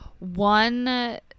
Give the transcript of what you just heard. One